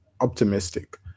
optimistic